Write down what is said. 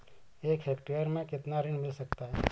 एक हेक्टेयर में कितना ऋण मिल सकता है?